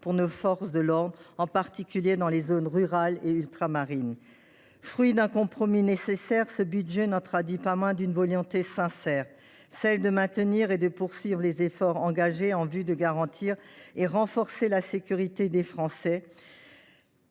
conditions de travail dignes, en particulier dans les zones rurales et ultramarines. Fruit d’un compromis nécessaire, ce budget n’en traduit pas moins une volonté sincère, celle de maintenir et de poursuivre les efforts engagés afin de garantir et renforcer la sécurité des Français.